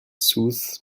soothes